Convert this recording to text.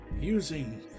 using